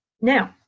Now